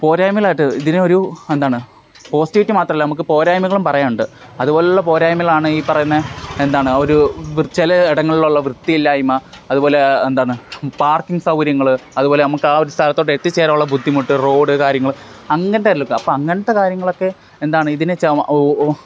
പോരായ്മകളായിട്ട് ഇതിനെ ഒരു എന്താണ് പോസിറ്റീവ്സ് മാത്രമല്ല നമുക്ക് പോരായ്മകളും പറയാനുണ്ട് അതുപോലെയുള്ള പോരായ്മകളാണ് ഈ പറയുന്നത് എന്താണ് ഒരു ചില ഇടങ്ങളിലുള്ള വൃത്തിയില്ലായ്മ അതുപോലെ എന്താണ് പാർക്കിങ്ങ് സൗകര്യങ്ങൾ അതുപോലെ നമുക്ക് ആ ഒരു സ്ഥലത്തോട്ട് എത്തി ചേരാനുള്ള ബുദ്ധിമുട്ട് റോഡ് കാര്യങ്ങൾ അങ്ങനത്തെ അല്ല കേട്ടോ അപ്പം അങ്ങനത്തെ കാര്യങ്ങളൊക്കെ എന്താണ് ഇതിനെ